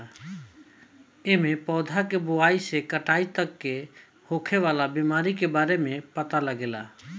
एमे पौधा के बोआई से कटाई तक होखे वाला बीमारी के बारे में पता लागेला